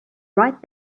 right